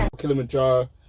Kilimanjaro